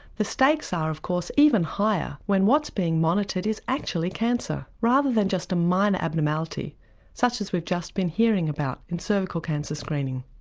the stakes are of course even higher when what's being monitored is actually cancer, rather than just a minor abnormality such as we've just been hearing about in cervical cancer screening.